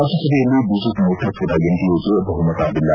ರಾಜ್ಞಸಭೆಯಲ್ಲಿ BJP ನೇತೃತ್ವದ ಎನ್ಡಿಎಗೆ ಬಹುಮತವಿಲ್ಲ